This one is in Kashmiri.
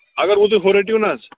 اَگر وۅنۍ تُہۍ ہُہ رٔٹِو نا حظ